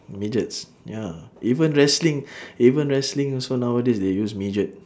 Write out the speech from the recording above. midgets ya even wrestling even wrestling also nowadays they use midget